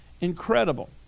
incredible